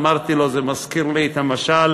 אמרתי לו: זה מזכיר לי את המשל על